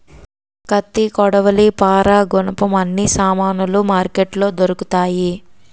కత్తి కొడవలి పారా గునపం అన్ని సామానులు మార్కెట్లో దొరుకుతాయి